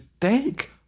take